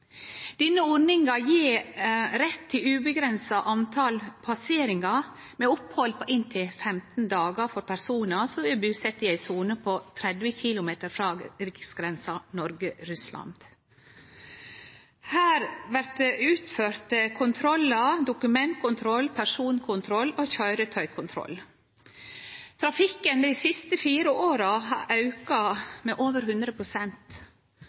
Denne ordninga gjev rett til eit uavgrensa tal passeringar med opphald på inntil 15 dagar for personar som er busette i ei sone på 30 km frå riksgrensa Noreg–Russland. Det blir utført kontrollar som dokumentkontroll, personkontroll og køyretøykontroll. Trafikken dei siste fire åra har auka med over